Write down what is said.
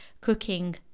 cooking